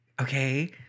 okay